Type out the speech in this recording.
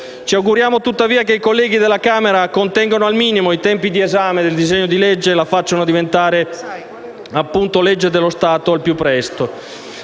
Ci auguriamo tuttavia che i colleghi della Camera contengano al minimo i tempi di esame del disegno di legge e lo facciano diventare legge dello Stato al più presto.